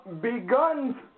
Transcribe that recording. Begun